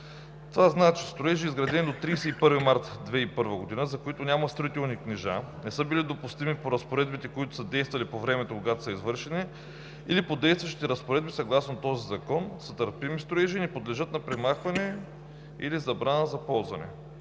Това значи строежи, изградени до 31 март 2001 г., за които няма строителни книжа, не са били допустими по разпоредбите, които са действали по времето, когато са извършени, или по действащите разпоредби съгласно този Закон са търпими строежи, не подлежат на премахване или забрана за ползване.